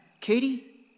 Katie